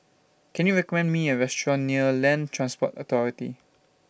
Can YOU recommend Me A Restaurant near Land Transport Authority